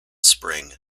spring